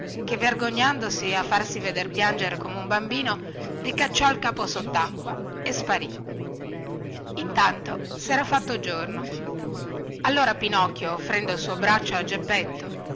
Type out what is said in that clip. che vergognandosi a farsi veder piangere come un bambino ricacciò il capo sottacqua e sparì intanto sera fatto giorno allora pinocchio offrendo il suo braccio a geppetto